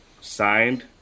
signed